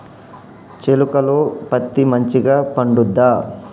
చేలుక లో పత్తి మంచిగా పండుద్దా?